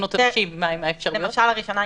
נשאל את משרד הבריאות.